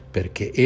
Perché